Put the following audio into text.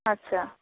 আচ্ছা